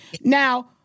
Now